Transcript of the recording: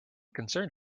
concerned